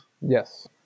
yes